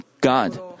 God